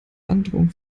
androhung